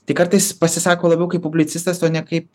tai kartais pasisako labiau kaip publicistas o ne kaip